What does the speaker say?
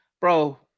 bro